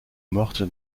morte